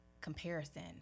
comparison